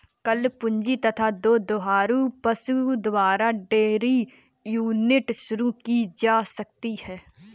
कम पूंजी तथा दो दुधारू पशु द्वारा डेयरी यूनिट शुरू की जा सकती है